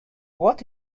what